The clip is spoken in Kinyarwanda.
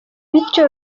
bityo